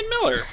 Miller